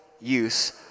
use